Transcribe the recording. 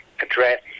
address